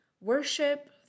worship